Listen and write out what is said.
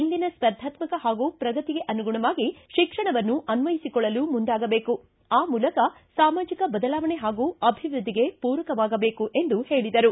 ಇಂದಿನ ಸ್ಪರ್ಧಾತ್ಮಕ ಹಾಗೂ ಪ್ರಗತಿಗೆ ಅನುಗುಣವಾಗಿ ಶಿಕ್ಷಣವನ್ನು ಅನ್ನಯಿಸಿಕೊಳ್ಳಲು ಮುಂದಾಗಬೇಕು ಆ ಮೂಲಕ ಸಾಮಾಜಿಕ ಬದಲಾವಣೆ ಹಾಗೂ ಅಭಿವ್ಯದ್ಲಿಗೆ ಪೂರಕವಾಗಬೇಕು ಎಂದು ಹೇಳಿದರು